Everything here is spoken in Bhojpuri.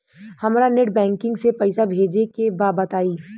हमरा नेट बैंकिंग से पईसा भेजे के बा बताई?